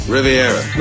Riviera